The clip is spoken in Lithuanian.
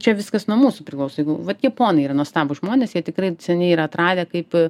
čia viskas nuo mūsų priklauso jeigu vat japonai yra nuostabūs žmonės jie tikrai seniai yra atradę kaip